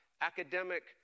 academic